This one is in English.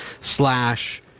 slash